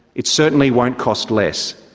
it certainly won't cost less.